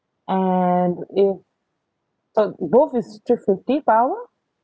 and if so both is three fifty per hour